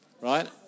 Right